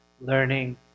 learning